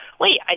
wait